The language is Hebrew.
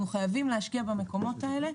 ולכן אנחנו חייבים להשקיע במקומות האלה.